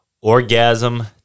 Orgasm